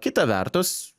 kita vertus